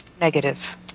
negative